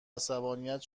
عصبانیت